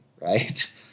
Right